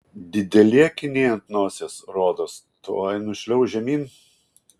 dideli akiniai ant nosies rodos tuoj nušliauš žemyn